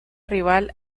rival